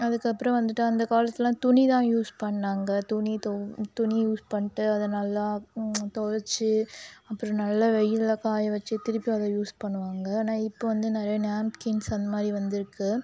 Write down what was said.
அதுக்கு அப்புறம் வந்துவிட்டு அந்தகாலத்துலலாம் துணி தான் வந்த யூஸ் பண்ணாங்க துணி துணி யூஸ் பண்ணிவிட்டு அதை நல்லா துவச்சி அப்புறம் நல்லா வெயில்ல காயவச்சு திருப்பி அதை யூஸ் பண்ணுவாங்க ஆனால் இப்போ வந்து நிறைய நேப்கின்ஸ் அந்த மாதிரி வந்துருக்கு